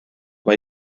mae